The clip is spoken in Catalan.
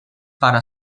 para